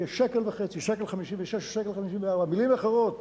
כ-1.5 שקל, 1.56 או 1.54. במלים אחרות,